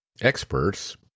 Experts